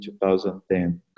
2010